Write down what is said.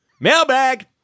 Mailbag